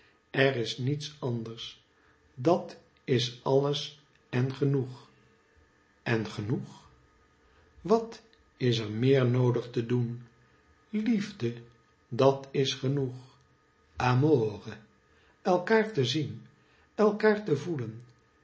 er is niets anders dat is alles en genoeg en genoeg en genoeg wat is er meer noodig te doen liefde dat is genoeg amore elkaar te zien elkaar te voelen